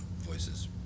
voices